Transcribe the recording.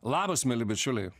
labas mieli bičiuliai